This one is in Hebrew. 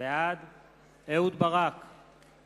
קבוצת סיעת